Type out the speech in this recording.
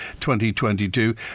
2022